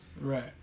Right